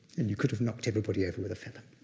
and you could have knocked everybody over with a feather.